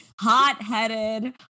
hot-headed